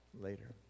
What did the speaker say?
later